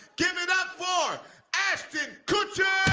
give it up for ashton kutcher!